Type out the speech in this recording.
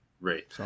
Right